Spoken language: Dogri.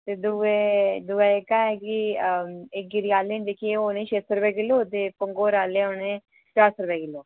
ते दूए दूआ एह्का ऐ कि गिरी न आह्ले जेह्के होने न छेह्त्तर रपेऽ किल्लो ते पंगोर आह्ले होने दस रपेऽ किल्लो